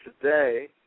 today